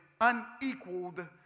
unequaled